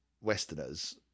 Westerners